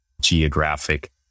geographic